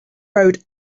road